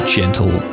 gentle